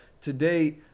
today